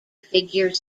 figure